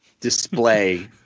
display